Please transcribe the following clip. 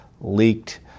leaked